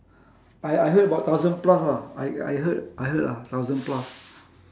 I I heard about thousand plus ah I I heard I heard ah thousand plus